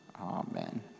Amen